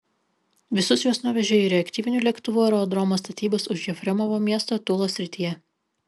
visus juos nuvežė į reaktyvinių lėktuvų aerodromo statybas už jefremovo miesto tulos srityje